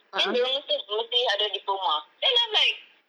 then dia orang kata mesti ada diploma then I'm like